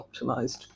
optimized